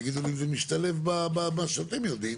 תגידו לי אם זה משתלב במה שאתם יודעים,